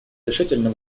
решительно